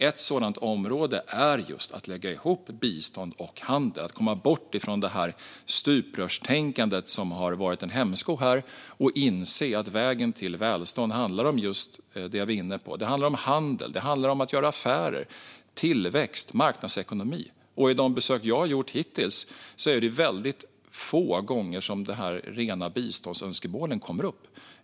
Ett sådant område är att lägga ihop bistånd och handel, att komma bort från det stuprörstänkande som har varit en hämsko och inse att vägen till välstånd handlar om just det jag var inne på: handel, att göra affärer, tillväxt och marknadsekonomi. Vid de besök jag har gjort hittills är det mycket få gånger som rena biståndsönskemål kommer upp.